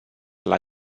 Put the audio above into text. alla